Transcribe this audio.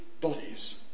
bodies